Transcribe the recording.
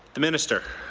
the minister.